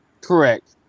Correct